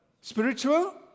spiritual